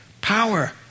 Power